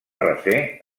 refer